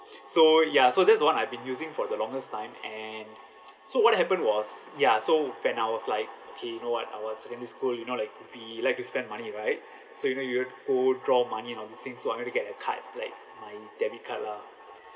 so ya so that's what I've been using for the longest time and so what happened was ya so when I was like okay you know what I was secondary school you know like we like to spend money right so you know you'd owe draw money on this thing so I wanted to get a card like my debit card lah